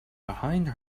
behind